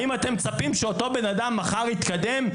האם אתם מצפים שאותו בן אדם יתקדם מחר,